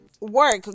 work